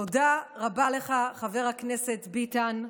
תודה רבה לך, חבר הכנסת ביטן,